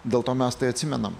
dėl to mes tai atsimenam